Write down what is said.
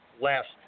last